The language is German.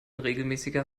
regelmäßiger